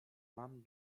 mam